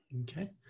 okay